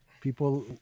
people